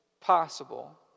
possible